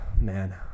man